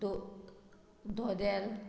धो धोदेल